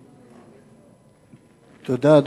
תודה.